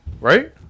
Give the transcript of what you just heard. right